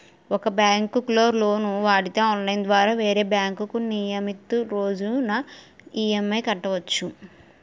ఒక బ్యాంకులో లోను వాడితే ఆన్లైన్ ద్వారా వేరే బ్యాంకుకు నియమితు రోజున ఈ.ఎం.ఐ కట్టవచ్చు